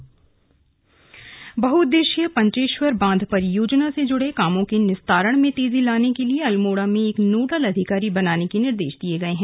निर्देश बहुउद्देशीय पंचेश्वर बांध परियोजना से जुड़े कामों के निस्तारण में तेजी लाने के लिये अल्मोड़ा में एक नोडल अधिकारी बनाने के निर्देश दिए गए हैं